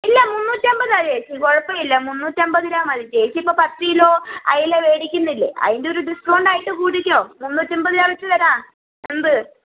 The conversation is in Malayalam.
ഇല്ല മുന്നൂറ്റമ്പതാണ് ഏച്ചി കുഴപ്പമില്ല മുന്നൂറ്റമ്പതിനാണ് ചേച്ചി ഇപ്പോൾ പത്ത് കിലോ അയല മേടിക്കുന്നില്ലേ അതിൻറെ ഒരു ഡിസ്കൗണ്ട് ആയിട്ട് കൂട്ടിക്കോ മുന്നൂറ്റമ്പത് രൂപ വെച്ച് തരാം എന്ത്